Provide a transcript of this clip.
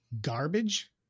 garbage